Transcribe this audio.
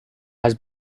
has